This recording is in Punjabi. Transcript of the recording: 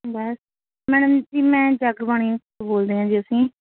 ਬਸ ਮੈਡਮ ਜੀ ਮੈਂ ਜਗਬਾਣੀ ਤੋਂ ਬੋਲਦੇ ਹੈ ਜੀ ਅਸੀਂ